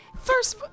First